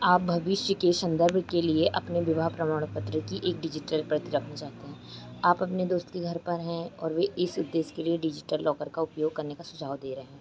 आप भविष्य के संदर्भ के लिए अपने विवाह प्रमाण पत्र की एक डिजिटल प्रति रखना चाहते हैं आप अपने दोस्त के घर पर हैं और वे इस उद्देश्य के लिए डिजिटल लॉकर का उपयोग करने का सुझाव दे रहे हैं